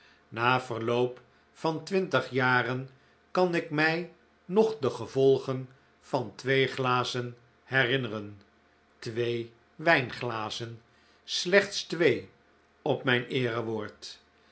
na verloop van twintig jaren kan ik mij nog de gevolgen van twee glazen herinneren twee wijnglazen slechts twee op mijn